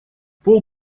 пол